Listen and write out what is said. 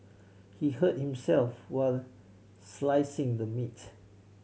he hurt himself while slicing the meat